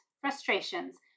frustrations